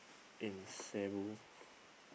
in Cebu